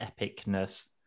epicness